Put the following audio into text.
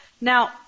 Now